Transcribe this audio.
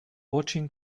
watching